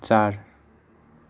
चार